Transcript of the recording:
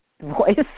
voice